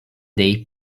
day